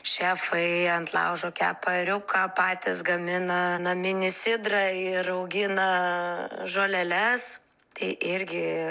šefai ant laužo kepa ėriuką patys gamina naminį sidrą ir augina žoleles tai irgi